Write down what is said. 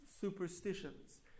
Superstitions